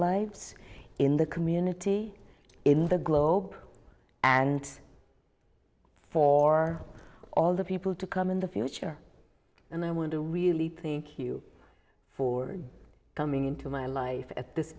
lives in the community in the globe and for all the people to come in the future and i want to really think you for coming into my life at this